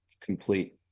complete